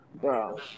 bro